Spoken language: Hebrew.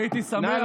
אני הייתי שמח.